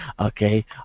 Okay